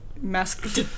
masked